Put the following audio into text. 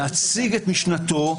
להציג את משנתו,